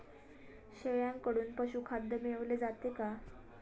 शेळ्यांकडून पशुखाद्य मिळवले जाते का?